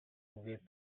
with